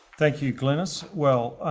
thank you, glenis. well,